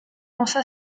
lança